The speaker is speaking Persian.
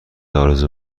آرزو